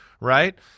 right